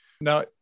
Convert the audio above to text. Now